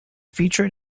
featured